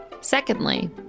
Secondly